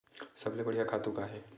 सबले बढ़िया खातु का हे?